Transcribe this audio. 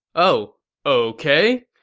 oh ok.